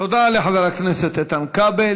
תודה לחבר הכנסת איתן כבל.